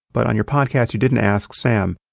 but on your podcast, you didn't ask sam.